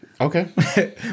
Okay